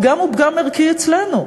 הפגם הוא פגם ערכי אצלנו.